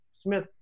Smith